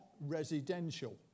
residential